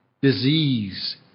disease